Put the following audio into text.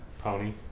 Pony